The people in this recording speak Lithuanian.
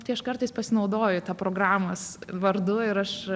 tai aš kartais pasinaudoju tuo programos vardu ir aš